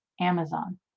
Amazon